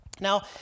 Now